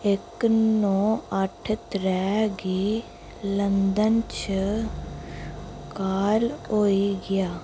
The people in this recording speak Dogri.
इक नो अट्ठ त्रै गी लंदन च काल होई गेआ